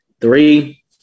Three